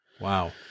Wow